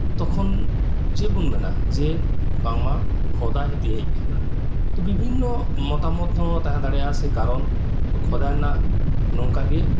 ᱛᱚᱠᱷᱚᱱ ᱪᱮᱫᱵᱩᱱ ᱢᱮᱱᱟ ᱡᱮ ᱵᱟᱝᱢᱟ ᱠᱷᱚᱫᱟᱭ ᱛᱟᱦᱮᱸ ᱠᱟᱱᱟ ᱛᱚ ᱵᱤᱵᱷᱤᱱᱱᱚ ᱢᱚᱛᱟ ᱢᱚᱛᱦᱚᱸ ᱛᱟᱦᱮᱸ ᱫᱟᱲᱮᱭᱟᱜᱼᱟ ᱥᱮ ᱠᱟᱨᱚᱱ ᱛᱚ ᱠᱷᱚᱫᱟ ᱨᱮᱱᱟᱜ ᱱᱚᱝᱠᱟᱜᱤ